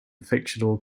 fictional